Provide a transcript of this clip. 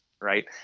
right